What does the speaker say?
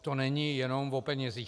To není jenom o penězích.